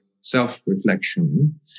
self-reflection